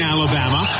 Alabama